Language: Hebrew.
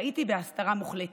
חייתי בהסתרה מוחלטת.